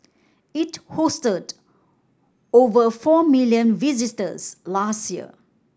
it hosted over four million visitors last year